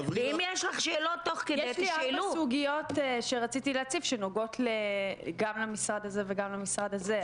יש לי ארבע סוגיות שרציתי להציג שנוגעות גם למשרד הזה וגם למשרד הזה.